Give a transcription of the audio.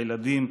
הילדים,